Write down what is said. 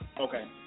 Okay